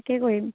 কি কৰিম